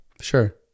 Sure